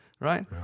Right